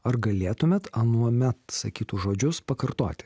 ar galėtumėt anuomet sakytus žodžius pakartoti